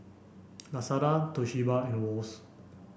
Lazada Toshiba and Wall's